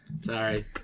Sorry